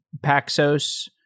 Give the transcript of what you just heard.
Paxos